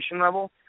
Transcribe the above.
level